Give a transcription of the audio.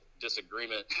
disagreement